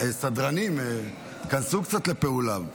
סדרנים, תיכנסו קצת לפעולה.